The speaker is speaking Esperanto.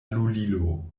lulilo